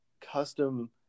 custom